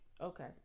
Okay